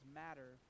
matter